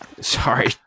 Sorry